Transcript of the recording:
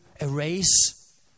erase